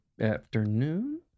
Afternoon